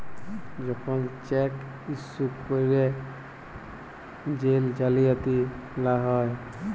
যখল cheque issue ক্যইরে jail জালিয়াতি লা হ্যয়